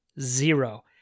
Zero